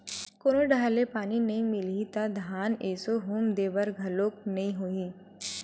कोनो डहर ले पानी नइ मिलही त धान एसो हुम दे बर घलोक नइ होही